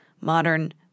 modern